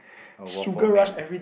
a waffle man